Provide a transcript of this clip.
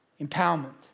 empowerment